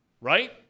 Right